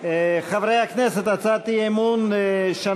השרה גרמן, אנחנו מבינים את הקושי.